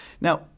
Now